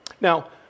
Now